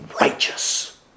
righteous